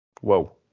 Whoa